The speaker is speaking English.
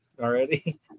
Already